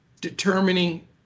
determining